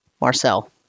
Marcel